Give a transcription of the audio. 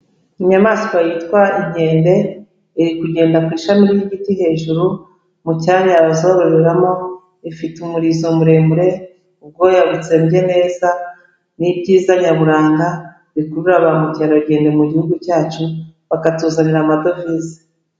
Inyamaswa yitwa inkende, iri kugenda ku ishami ry'igiti hejuru, mu cyanya bazororeramo, ifite umurizo muremure, ubwoya butsembye neza, ni ibyiza nyaburanga, bikurura ba mukerarugendo mu gihugu cyacu, bakatuzanira amadovize.